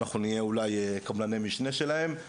אנחנו נהיה, אולי, קבלני משנה שלהן,